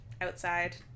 outside